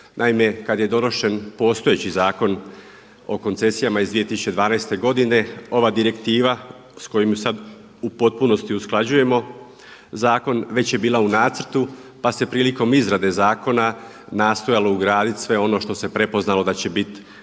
Naime, kada je donošen postojeći Zakon o koncesijama iz 2012. godine ova direktiva s kojom sad u potpunosti usklađujemo zakon već je bila u nacrtu pa se prilikom izrade zakona nastojalo ugraditi sve ono što se prepoznalo da će bit